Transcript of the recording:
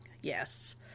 Yes